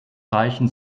reichen